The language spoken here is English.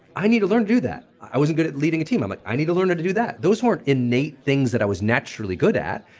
i need to learn to do that. i wasn't good at leading a team. i'm like, i need to learn to do that. those weren't innate things that i was naturally good at.